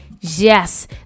yes